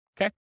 okay